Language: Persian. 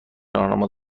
راهنما